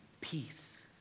peace